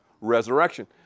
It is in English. resurrection